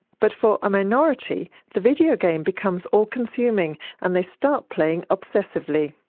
but for a minority, the video game becomes all-consuming and they start playing obsessively.